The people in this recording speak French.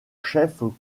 chefs